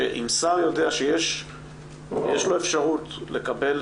שאם שר יודע שיש לו אפשרות לקבל